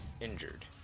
injured